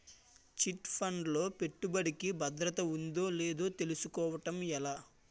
Chit fund లో పెట్టుబడికి భద్రత ఉందో లేదో తెలుసుకోవటం ఎలా?